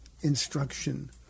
instruction